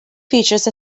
features